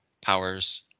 powers